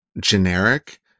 generic